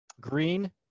Green